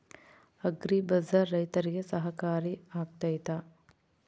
Agri bazaar ರೈತರಿಗೆ ಸಹಕಾರಿ ಆಗ್ತೈತಾ?